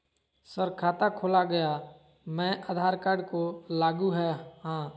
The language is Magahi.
सर खाता खोला गया मैं आधार कार्ड को लागू है हां?